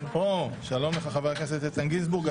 שלום לחבר הכנסת איתן גינזבורג.